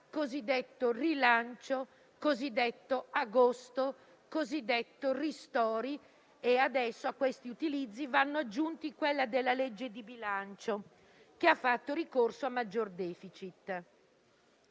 liquidità, rilancio, cosiddetto agosto e cosiddetto ristori. Adesso, a questi utilizzi, vanno aggiunti quelli della legge di bilancio, che ha fatto ricorso a maggior *deficit*.